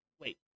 wait